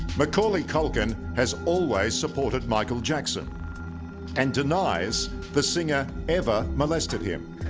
macaulay culkin has always supported michael jackson and denies the singer ever molested him